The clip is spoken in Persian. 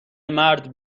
مرد